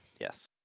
Yes